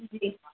جی